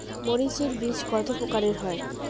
মরিচ এর বীজ কতো প্রকারের হয়?